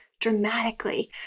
dramatically